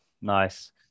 nice